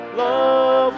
love